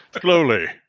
Slowly